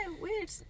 weird